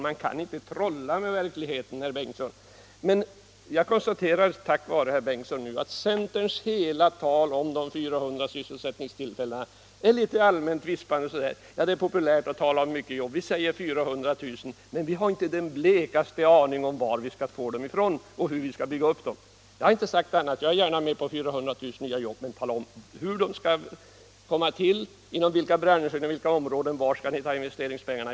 Man kan inte trolla med verkligheten, herr Bengtson! Jag konstaterar nu, tack vare herr Bengtson, att allt centerns tal om 400 000 sysselsättningstillfällen bara är ett allmänt vispande. Man säger sig: Det är populärt att tala om många nya jobb. Vi säger 400 000, men vi har inte den blekaste aning om hur vi skall bygga upp dem och varifrån vi skall få pengarna. Jag är gärna med om att skapa 400 000 nya jobb. Men tala först om hur de skall komma till, inom vilka branscher och på vilka områden, och varifrån ni skall ta investeringspengarna!